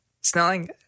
Snelling